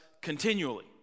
continually